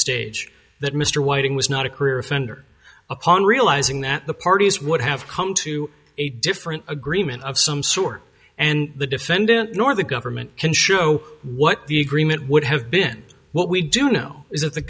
stage that mr whiting was not a career offender upon realizing that the parties would have come to a different agreement of some sort and the defendant nor the government can show what the agreement would have been what we do know is that the